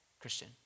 Christian